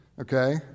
Okay